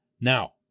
Now